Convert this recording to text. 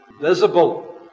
visible